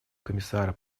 комиссара